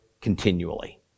continually